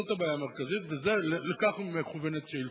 זו הבעיה המרכזית, ולכך מכוונת שאלתי.